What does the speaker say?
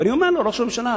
ואני אומר לראש הממשלה: